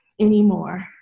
anymore